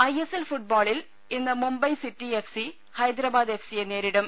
I S L ഫുട്ബോളിൽ ഇന്ന് Mumbai city F C Hyderabad F സിയെ നേരിടും